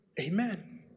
Amen